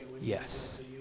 Yes